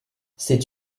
c’est